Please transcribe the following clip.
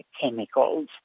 chemicals